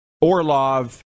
Orlov